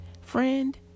Friend